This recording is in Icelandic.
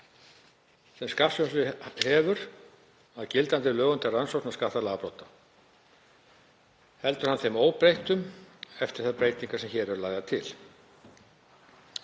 sem skattrannsóknarstjóri hefur að gildandi lögum til rannsóknar skattalagabrota. Heldur hann þeim óbreyttum eftir þær breytingar sem hér eru lagðar til.